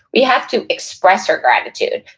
we have to express our gratitude.